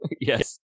Yes